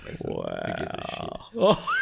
Wow